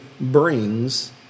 brings